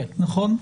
נכון?